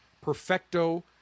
perfecto